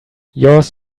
yours